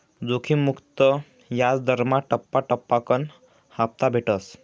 जोखिम मुक्त याजदरमा टप्पा टप्पाकन हापता भेटस